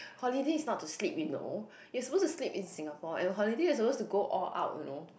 holiday is not to sleep you know you're supposed to sleep in Singapore and holiday you're supposed to go all out you know